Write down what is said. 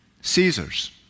Caesars